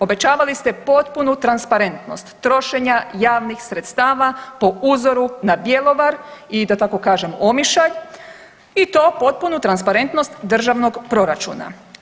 Obećavali ste potpunu transparentnost trošenja javnih sredstava po uzoru na Bjelovar i da tako kažem Omišalj i to potpunu transparentnost državnog proračuna.